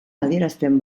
adierazten